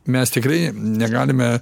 mes tikrai negalime